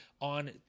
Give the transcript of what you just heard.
on